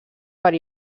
per